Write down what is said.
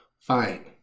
fine